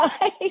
right